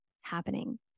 happening